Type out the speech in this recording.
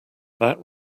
that